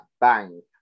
bang